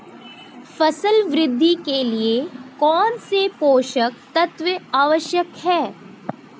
फसल वृद्धि के लिए कौनसे पोषक तत्व आवश्यक हैं?